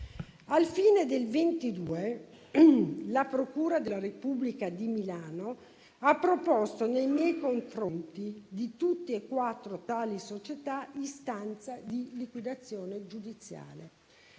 Alla fine del 2022, la procura della Repubblica di Milano ha proposto nei miei confronti, per tutte e quattro tali società, istanza di liquidazione giudiziale,